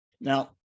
Now